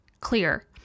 clear